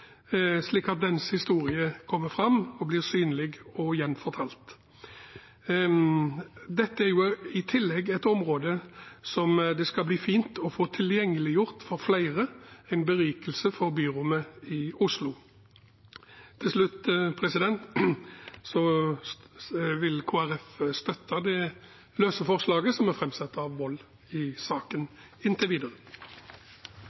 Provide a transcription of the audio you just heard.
slik at dens historie kommer fram, blir synlig og gjenfortalt. Dette er i tillegg et område det skal bli fint å få tilgjengeliggjort for flere, og en berikelse for byrommet i Oslo. Til slutt: Kristelig Folkeparti vil støtte det løse forslaget som er framsatt av representanten Wold i saken,